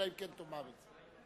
אלא אם כן תאמר את זה.